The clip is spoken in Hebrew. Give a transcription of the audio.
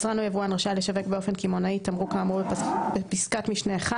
יצרן או יבואן רשאי לשווק באופן קמעונאי תמרוק כאמור בפסקת משנה (1),